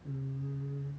mm